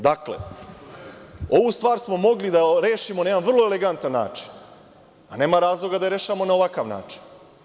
Dakle, ovu stvar smo mogli da rešimo na jedan vrlo elegantan način, a nema razloga da je rešavamo na ovakav način.